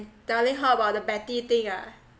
telling how about the betty thing ah